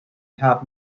have